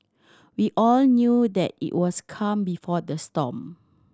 we all knew that it was calm before the storm